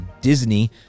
Disney